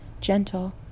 gentle